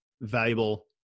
valuable